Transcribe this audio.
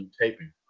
taping